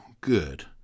good